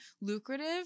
lucrative